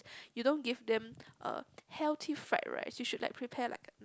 you don't give them uh healthy fried rice you should like prepare like a